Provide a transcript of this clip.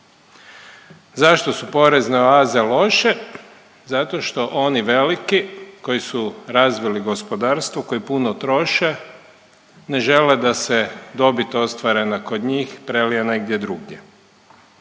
Zašto su porezne oaze loše? Zato što oni veliki koji su razvili gospodarstvo koji puno troše, ne žele da se dobit ostvarena kod njih prelije negdje drugdje.